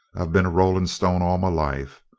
i've been a rolling stone all my life.